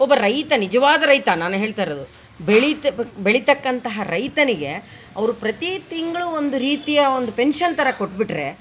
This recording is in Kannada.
ಒಬ್ಬ ರೈತ ನಿಜ್ವಾದ ರೈತ ನಾನು ಹೇಳ್ತಾರೋದು ಬೆಳೀತ ಬೆಳೀತಕಂತಹ ರೈತನಿಗೆ ಅವ್ರು ಪ್ರತಿ ತಿಂಗ್ಳು ಒಂದು ರೀತಿಯ ಒಂದು ಪೆನ್ಷನ್ ಥರ ಕೊಟ್ಟುಬಿಟ್ರೆ